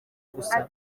gusa